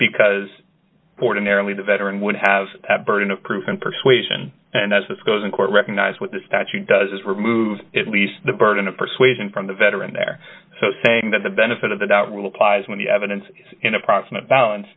because ordinarily the veteran would have that burden of proof and persuasion and as this goes in court recognized what the statute does remove it leaves the burden of persuasion from the veteran there so saying that the benefit of the doubt rule applies when the evidence in approximate balance